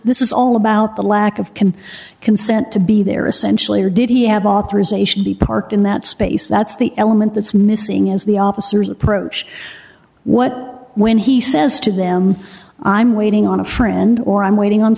this is all about the lack of can consent to be there essentially or did he have authorization he parked in that space that's the element that's missing is the officers approach what when he says to them i'm waiting on a friend or i'm waiting on